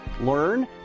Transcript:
learn